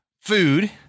food